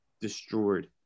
destroyed